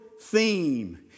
theme